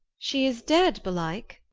she is dead, belike?